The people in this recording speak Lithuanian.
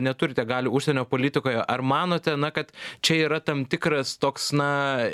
neturi tiek galių užsienio politikoje ar manote kad čia yra tam tikras toks na